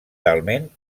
talment